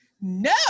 no